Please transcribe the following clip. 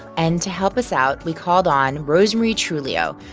and to help us out, we called on rosemarie truglio,